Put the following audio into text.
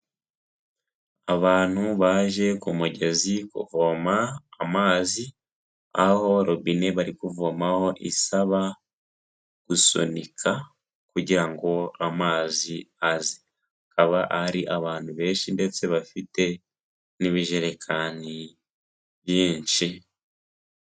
Abantu baje ku mugezi kuvoma amazi, aho robine bari kuvomaho isaba gusunika kugira ngo amazi aze. Hakaba hari abantu benshi ndetse bafite n'ibijerekani byinshi.